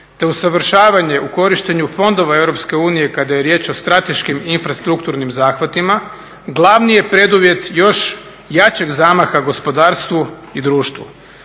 te usavršavanje u korištenju fondova EU kada je riječ o strateškim infrastrukturnim zahvatima glavni je preduvjet još jačeg zamaha gospodarstvu i društvu.